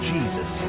Jesus